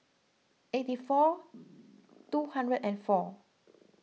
eighty four two hundred and four